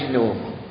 normal